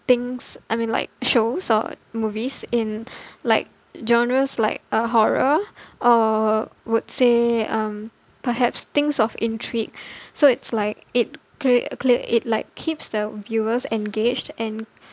things I mean like shows or movies in like genres like uh horror or would say um perhaps things of intrigue so it's like it create clear it like keeps the viewers engaged and